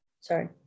Sorry